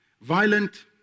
Violent